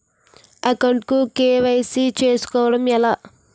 Account కు KYC చేసుకోవడం ఎలా?